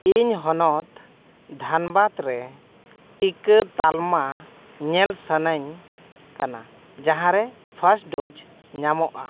ᱤᱧ ᱦᱚᱱᱚᱛ ᱫᱷᱟᱱᱵᱟᱫᱽ ᱨᱮ ᱴᱤᱠᱟᱹ ᱛᱟᱞᱢᱟ ᱧᱮᱞ ᱥᱟᱱᱟᱧ ᱠᱟᱱᱟ ᱡᱟᱦᱟᱸ ᱨᱮ ᱯᱷᱟᱥᱴ ᱰᱳᱡ ᱧᱟᱢᱚᱜᱼᱟ